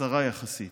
קצרה יחסית.